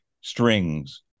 strings